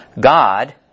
God